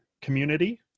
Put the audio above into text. community